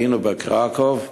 היינו בקרקוב,